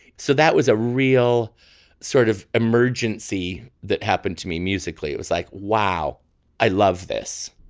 so that was a real sort of emergency that happened to me musically. it was like wow i love this.